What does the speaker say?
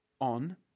on